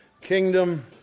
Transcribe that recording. kingdom